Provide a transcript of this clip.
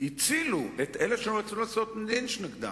הצילו את אלה שרצו לעשות לינץ' נגדם.